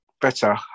better